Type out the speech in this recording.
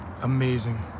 amazing